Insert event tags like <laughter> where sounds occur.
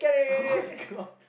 <laughs> [oh]-my-god